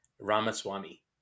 ramaswamy